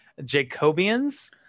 Jacobians